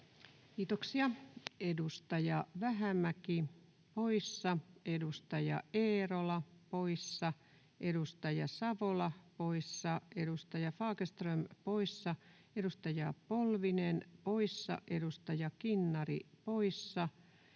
Kiitoksia. — Edustaja Vähämäki poissa, edustaja Eerola poissa, edustaja Savola poissa, edustaja Fagerström poissa, edustaja Polvinen poissa, edustaja Kinnari poissa,